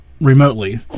remotely